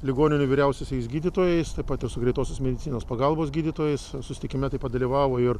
ligoninių vyriausiaisiais gydytojais taip pat ir su greitosios medicinos pagalbos gydytojais susitikime taip pat dalyvavo ir